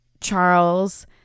Charles